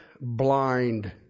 blind